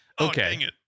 okay